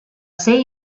ser